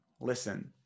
listen